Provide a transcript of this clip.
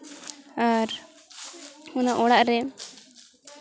ᱟᱨ ᱚᱱᱟ ᱚᱲᱟᱜ ᱨᱮ